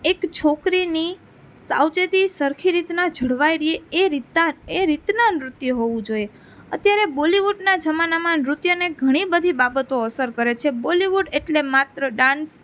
એક છોકરીની સાવચેતી સરખી રીતના જળવાઈ રહે એ રીતના એ રીતના નૃત્ય હોવું જોઈએ અત્યારે બોલિવૂડના જમાનામાં નૃત્યને ઘણી બધી બાબતો અસર કરે છે બોલિવૂડ એટલે માત્ર ડાન્સ